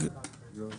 יוצג